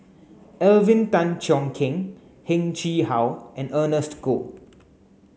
Alvin Tan Cheong Kheng Heng Chee How and Ernest Goh